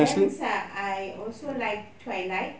then I also like twilight